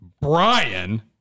Brian